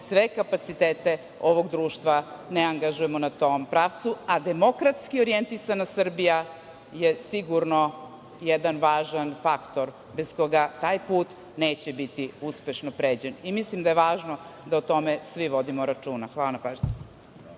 sve kapacitete ovog društva ne angažujemo na tom pravcu, a demokratski orjentisana Srbija je sigurno jedan važan faktor bez koga taj put neće biti uspešno pređen i mislim da je važno da o tome svi vodimo računa. Hvala na pažnji.